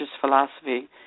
philosophy